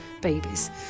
babies